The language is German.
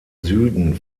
süden